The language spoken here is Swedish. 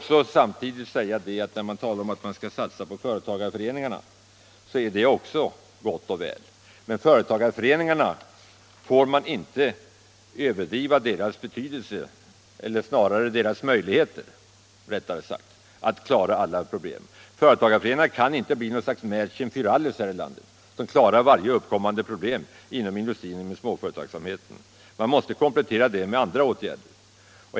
Jag vill samtidigt säga, när det talas om att man skall satsa på företagareföreningarna, att det också är gott och väl men att man inte får överdriva företagareföreningarnas betydelse eller, rättare sagt, deras möjligheter att klara alla problem. Företagareföreningarna kan inte bli något slags Mädchen fär alles här i landet som klarar varje uppkommande problem inom industrin och inom småföretagsamheten, utan de måste kompletteras med andra åtgärder.